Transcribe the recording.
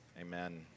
Amen